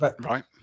Right